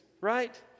right